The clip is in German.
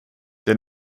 der